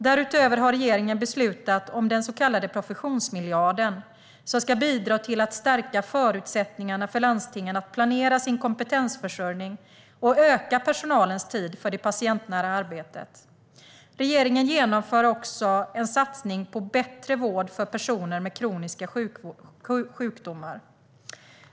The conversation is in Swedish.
Därutöver har regeringen beslutat om den så kallade professionsmiljarden, som ska bidra till att stärka förutsättningarna för landstingen att planera sin kompetensförsörjning och öka personalens tid för det patientnära arbetet. Regeringen genomför också en satsning på bättre vård för personer med kroniska sjukdomar.